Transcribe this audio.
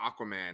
aquaman